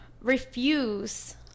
refuse